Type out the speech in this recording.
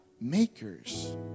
Makers